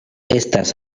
estas